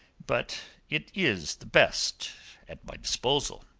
but it is the best at my disposal.